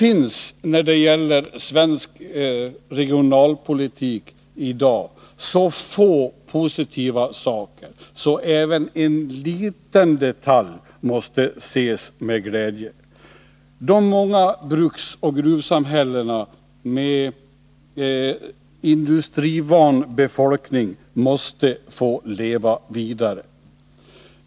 I svensk regionalpolitik i dag finns det så få positiva saker att även en liten detalj måste ses med glädje. De många bruksoch gruvsamhällena, som har en industrivan befolkning, måste få leva vidare.